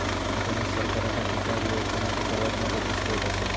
आधुनिक सरकारासाठी कर ह्यो उत्पनाचो सर्वात महत्वाचो सोत्र असा